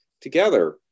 together